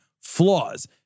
flaws